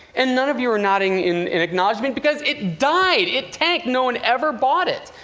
and none of you are nodding in acknowledgment, because it died. it tanked. no one ever bought it.